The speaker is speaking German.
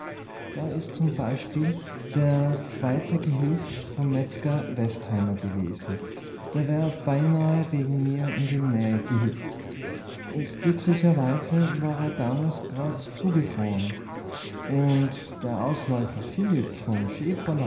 da is zum beischbiel der zwette gehilf vom metzger westheimer gewese der wär beinah wege mir in de mää gehippt glicklicherweis war er damals grad zugefrorn unn der ausläufer philipp vom